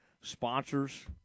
sponsors